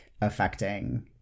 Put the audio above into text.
affecting